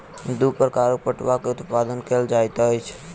दू प्रकारक पटुआ के उत्पादन कयल जाइत अछि